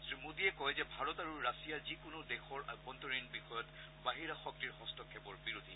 শ্ৰী মোদীয়ে কয় যে ভাৰত আৰু ৰাছিয়া যিকোনো দেশৰ অভ্যন্তৰীণ বিষয়ত বাহিৰা শক্তিৰ হস্তক্ষেপৰ বিৰোধী